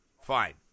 Fine